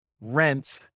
rent